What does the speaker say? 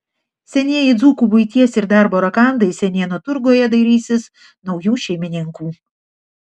senieji dzūkų buities ir darbo rakandai senienų turguje dairysis naujų šeimininkų